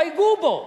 לא ייגעו בו,